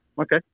Okay